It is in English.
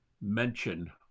mention